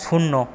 শূন্য